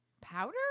Powder